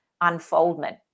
unfoldment